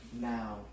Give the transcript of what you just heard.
Now